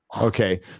okay